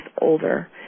older